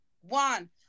one